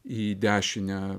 į dešinę